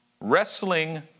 Wrestling